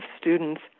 students